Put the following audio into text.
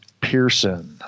Pearson